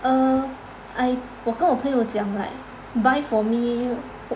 err I 我跟我朋友讲 like buy for me